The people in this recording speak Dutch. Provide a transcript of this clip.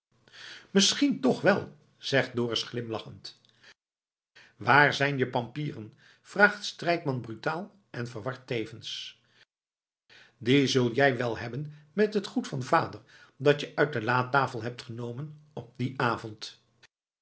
misschien toch wel zegt dorus glimlachend waar zijn je pampieren vraagt strijkman brutaal en verward tevens die zul jij wel hebben met het goed van vader dat je uit de latafel hebt genomen op dien avond